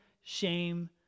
shame